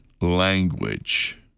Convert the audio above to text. language